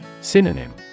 Synonym